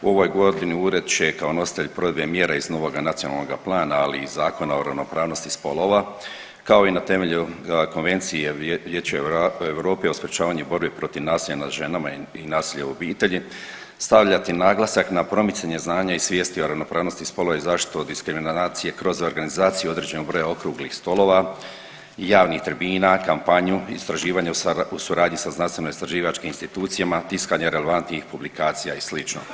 U ovoj godini ured će kao nositelj provedbe mjera iz novoga nacionalnog plana, ali i Zakona o ravnopravnosti spolova kao i na temelju Konvencije Vijeća Europe o sprječavanju borbe protiv nasilja nad ženama i nasilja u obitelji stavljati naglasak na promicanje znanja i svijesti o ravnopravnosti spolova i zaštitu od diskriminacije kroz organizaciju određenog broja okruglih stolova i javnih tribina, kampanju, istraživanja u suradnji sa znanstvenoistraživačkim institucijama, tiskanje relevantnih publikacija i sl.